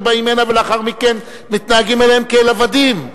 באים הנה ולאחר מכן מתנהגים אליהם כאל עבדים.